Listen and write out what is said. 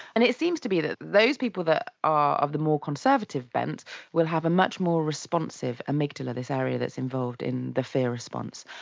and it seems to be that those people that are of the more conservative bent will have a much more responsive amygdala, this area that's involved in the fear response.